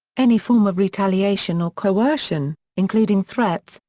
any form of retaliation or coercion, including threats,